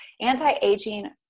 anti-aging